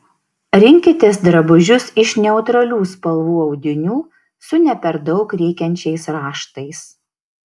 rinkitės drabužius iš neutralių spalvų audinių su ne per daug rėkiančiais raštais